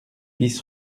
bis